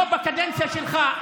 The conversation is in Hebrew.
לא בקדנציה שלך.